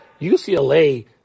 UCLA